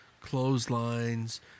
clotheslines